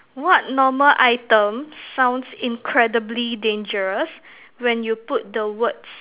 what normal item sounds incredibly dangerous when you put the words